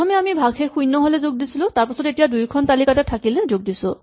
প্ৰথমে আমি ভাগশেষ শূণ্য হ'লে যোগ দিছিলো তাৰপাছত এতিয়া দুয়োখন তালিকাতে থাকিলে যোগ দিছো